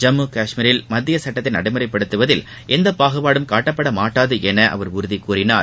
ஜம்மு காஷ்மீரில் மத்திய சட்டத்தை நடைமுறைப்படுத்துவதில் எந்த பாகுபாடும் காட்டப்பட மாட்டாது என அவர் உறுதி கூறினார்